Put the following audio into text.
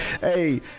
Hey